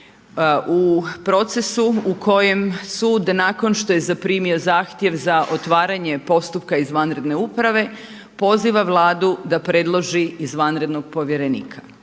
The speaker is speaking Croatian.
u procesu u kojem sud nakon što je zaprimio zahtjev za otvaranje postupka izvanredne uprave, poziva Vladu da predloži izvanrednog povjerenika.